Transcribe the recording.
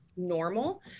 normal